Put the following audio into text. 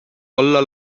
olla